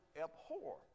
abhor